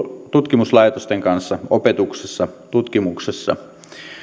tutkimuslaitosten kanssa opetuksessa tutkimuksessa